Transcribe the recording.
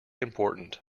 important